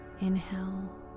Inhale